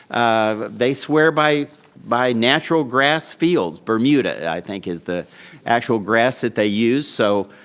um they swear by by natural grass fields. bermuda, i think is the actual grass that they use, so,